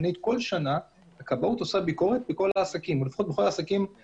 כל שנה הכבאות עושה ביקורת בכל העסקים מרמה